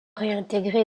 réintégré